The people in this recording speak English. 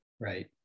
right